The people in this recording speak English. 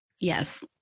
Yes